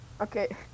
Okay